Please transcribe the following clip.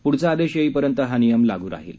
प्ढचा आदेश येईपर्यंत हा नियम लाग् राहील